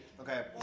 Okay